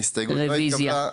ההסתייגות לא התקבלה.